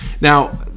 now